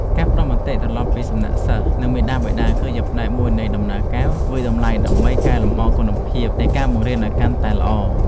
ការផ្តល់មតិត្រឡប់ពីសំណាក់សិស្សនិងមាតាបិតាគឺជាផ្នែកមួយនៃដំណើរការវាយតម្លៃដើម្បីកែលម្អគុណភាពនៃការបង្រៀនឱ្យកាន់តែល្អ។